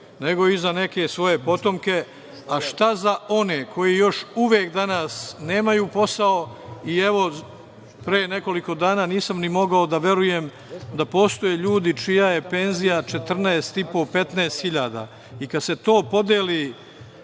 nego i za neke svoje potomke, a šta za one koji još uvek danas nemaju posao? Pre nekoliko dana, nisam mogao da verujem da postoje ljudi čija je penzija 14.500 dinara – 15.000 dinara.